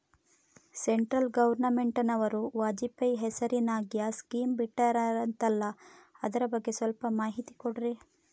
Central ಗವರ್ನಮೆಂಟನವರು ವಾಜಪೇಯಿ ಹೇಸಿರಿನಾಗ್ಯಾ scheme ಬಿಟ್ಟಾರಂತಲ್ಲ ಅದರ ಬಗ್ಗೆ ಸ್ವಲ್ಪ ಮಾಹಿತಿ ಕೊಡ್ರಿ?